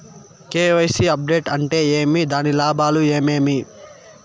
KYC update అంటే ఏమి? దాని లాభాలు ఏమేమి?